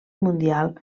mundial